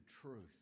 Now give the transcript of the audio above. truth